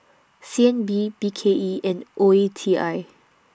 C N B B K E and O E T I